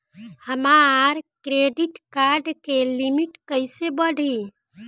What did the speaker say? हमार credit card के limit कइसे बढ़ी?